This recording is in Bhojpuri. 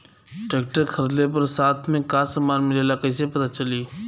ट्रैक्टर खरीदले पर साथ में का समान मिलेला कईसे पता चली?